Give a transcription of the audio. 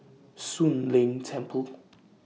Soon Leng Temple